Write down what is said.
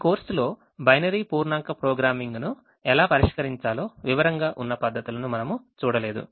ఈ కోర్సులో బైనరీ పూర్ణాంక ప్రోగ్రామింగ్ను ఎలా పరిష్కరించాలో వివరంగా ఉన్న పద్ధతులను మనము చూడలేదు